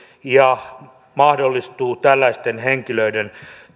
ja mahdollistuu tällaisten henkilöiden